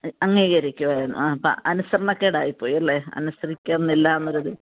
അംഗീകരിക്കുകയും ആ അനുസരണക്കേടായിപ്പോയി അല്ലേ അനുസരിക്കുന്നില്ല എന്ന ഒരു ഇത്